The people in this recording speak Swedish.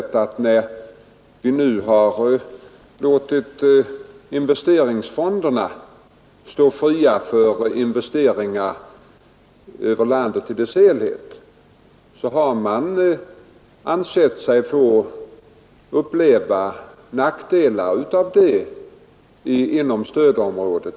När vi nu har låtit investeringsfonderna stå fria för investeringar över landet i dess helhet, så har man inom stödområdet ansett sig få uppleva nackdelar av det.